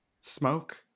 smoke